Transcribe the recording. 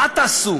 מה תעשו